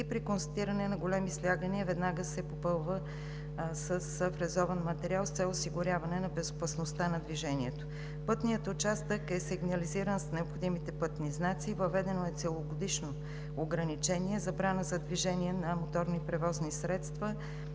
и при констатиране на големи слягания се попълва веднага с фрезован материал с цел осигуряване на безопасността на движението. Пътният участък е сигнализиран с необходимите пътни знаци, въведено е целогодишно ограничение и забрана за движение на моторни превозни средства